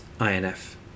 INF